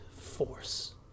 force